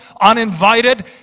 uninvited